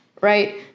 right